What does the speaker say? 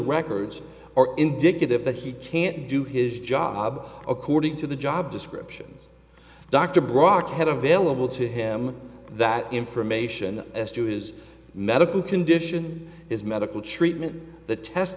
records or indicative that he can't do his job according to the job descriptions dr brock had a veil of will to him that information as to his medical condition his medical treatment the test